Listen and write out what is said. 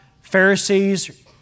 Pharisees